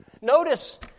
Notice